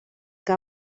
què